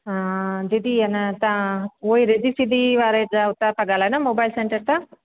दीदी अन त हूअ ई रिद्धि सिद्धि वारे जा हुतां था ॻाल्हायो न मोबाइल सेंटर तां